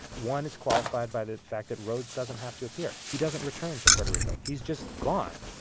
one, it's qualified by the fact that rhoads doesn't have to appear. he doesn't return to puerto rico. he's just gone,